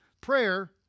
prayer